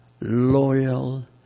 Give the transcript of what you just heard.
loyal